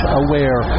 aware